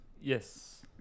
Yes